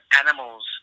animals